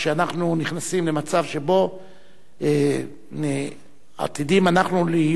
שאנחנו נכנסים למצב שבו עתידים אנחנו להיות